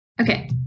Okay